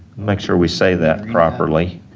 make sure we say that properly.